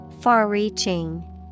Far-reaching